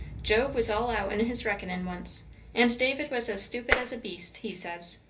job was all out in his reckoning once and david was as stupid as a beast, he says.